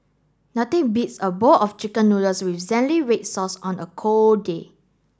nothing beats a bowl of chicken noodles with zingy red sauce on a cold day